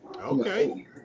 okay